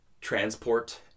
transport